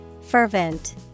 Fervent